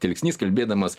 telksnys kalbėdamas